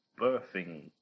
birthing